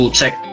check